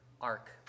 arc